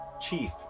chief